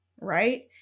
right